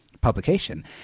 publication